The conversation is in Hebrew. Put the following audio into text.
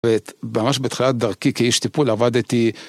וממש בתחילת דרכי כאיש טיפול עבדתי